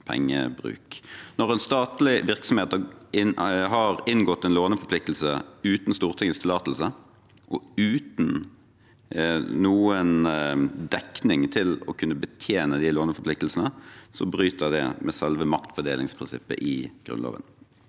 Når en statlig virksomhet inngår en låneforpliktelse uten Stortingets tillatelse og uten noen dekning til å kunne betjene låneforpliktelsen, bryter det med selve maktfordelingsprinsippet i Grunnloven.